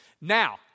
Now